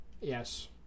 Yes